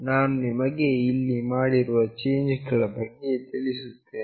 ನಾನು ನಿಮಗೆ ಇಲ್ಲಿ ಮಾಡಿರುವ ಚೇಂಜ್ ಗಳ ಬಗ್ಗೆ ತಿಳಿಸುತ್ತೇನೆ